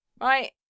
right